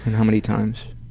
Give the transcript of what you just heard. how many times?